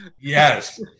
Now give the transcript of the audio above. yes